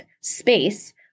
space